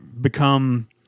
become